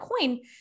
coin